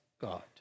God